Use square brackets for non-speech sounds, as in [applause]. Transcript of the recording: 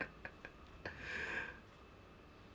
[laughs]